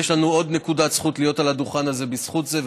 יש לנו עוד נקודת זכות להיות על הדוכן הזה בזכות זה,